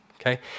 okay